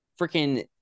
freaking